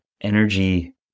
energy